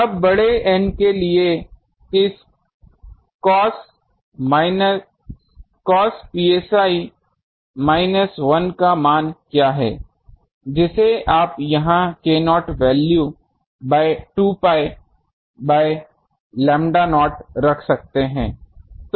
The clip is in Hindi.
अब बड़े N के लिए इस cos psi माइनस 1 का मान क्या है जिसे आप यहां k0 value 2 pi by lambda naught रख सकते है